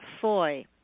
Foy